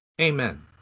amen